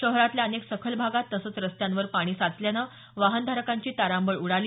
शहरातल्या अनेक सखल भागात तसंच रस्त्यांवर पाणी साचल्यानं वाहनधारकांची तारांबळ उडाली